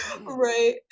right